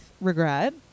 regret